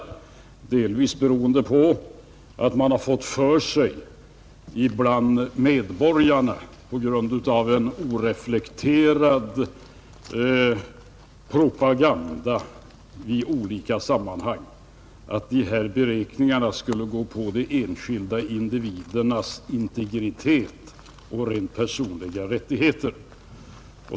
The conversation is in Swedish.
De har delvis berott på att många medborgare på grund av en oreflekterad propaganda i olika sammanhang fått för sig att behandlingen av de lämnade uppgifterna skulle komma att beröra de enskilda individernas integritet och rent personliga rättigheter.